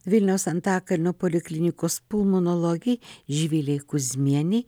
vilniaus antakalnio poliklinikos pulmonologei živilei kuzmienei